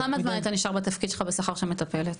כמה זמן אתה נשאר בתפקיד שלך בשכר של מטפלת?